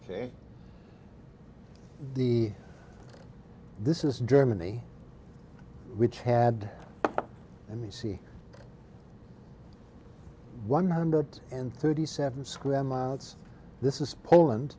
are the this is germany which had let me see one hundred and thirty seven square miles this is poland